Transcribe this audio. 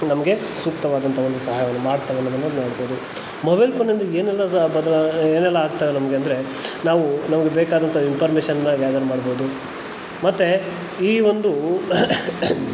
ನಮಗೆ ಸೂಕ್ತವಾದಂತಹ ಒಂದು ಸಹಾಯವನ್ನು ಮಾಡ್ತಾವೆ ಅನ್ನೋದನ್ನು ನೋಡ್ಬೋದು ಮೊಬೈಲ್ ಫೋನಿಂದ ಏನೆಲ್ಲ ಬದಲಾ ಏನೆಲ್ಲ ಆಗ್ತವೆ ನಮಗೆ ಅಂದರೆ ನಾವು ನಮಗೆ ಬೇಕಾದಂಥ ಇನ್ಫಾರ್ಮೇಶನ್ನ ಗ್ಯಾದರ್ ಮಾಡ್ಬೋದು ಮತ್ತು ಈ ಒಂದು